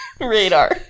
Radar